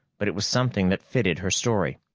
but it was something that fitted her story.